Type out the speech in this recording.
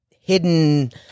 hidden